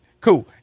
Cool